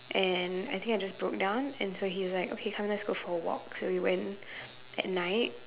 and I think I just broke down and so he is like okay come let's go for a walk so we went at night